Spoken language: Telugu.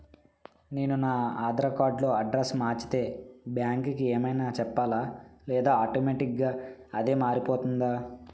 నేను నా ఆధార్ కార్డ్ లో అడ్రెస్స్ మార్చితే బ్యాంక్ కి ఏమైనా చెప్పాలా లేదా ఆటోమేటిక్గా అదే మారిపోతుందా?